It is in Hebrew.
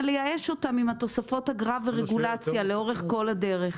לייאש אותם עם תוספות אגרה ורגולציה לאורך כל הדרך.